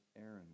Aaron